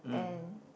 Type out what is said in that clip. and